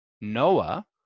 Noah